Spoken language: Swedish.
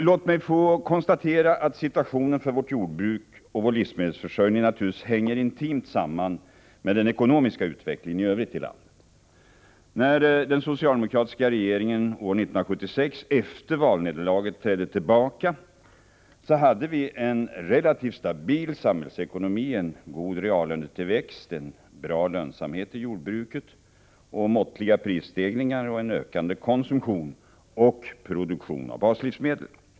Låt mig få konstatera att situationen för vårt jordbruk och vår livsmedelsförsörjning naturligtvis hänger intimt samman med den ekonomiska utvecklingen i övrigt i landet. När den socialdemokratiska regeringen år 1976 efter valnederlaget trädde tillbaka hade vi en relativt stabil samhällsekonomi, en god reallönetillväxt, en bra lönsamhet i jordbruket, måttliga prisstegringar och en ökande konsumtion och produktion av baslivsmedel.